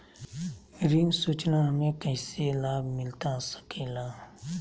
ऋण सूचना हमें कैसे लाभ मिलता सके ला?